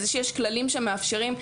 זה שיש כללים שמאפשרים,